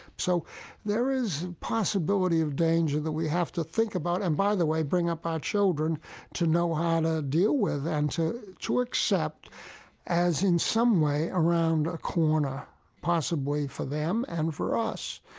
so there is possibility of danger that we have to think about and, by the way, bring up our children to know how to deal with and to to accept as in some way around a corner possibly for them and for us.